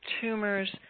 tumors